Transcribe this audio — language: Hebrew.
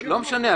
לא משנה,